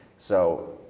so,